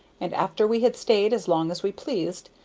and after we had stayed as long as we pleased,